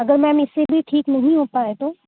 اگر میم اِس سے بھی ٹھیک نہیں ہو پایا تو